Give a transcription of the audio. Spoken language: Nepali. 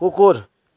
कुकुर